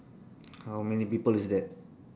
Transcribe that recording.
how many people is that